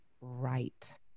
right